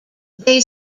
they